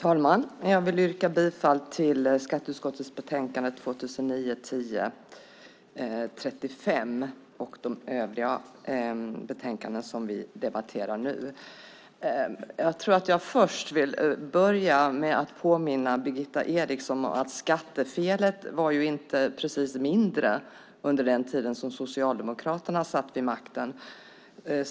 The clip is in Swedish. Fru talman! Jag vill yrka bifall till förslaget i skatteutskottets betänkande 2009/10:35 och förslagen i de övriga betänkanden som vi debatterar nu. Jag vill börja med att påminna Birgitta Eriksson om att skattefelet inte precis var mindre under den tid som Socialdemokraterna satt vid makten.